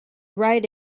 right